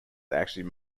actually